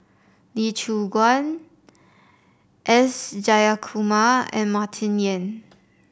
Lee Choon Guan S Jayakumar and Martin Yan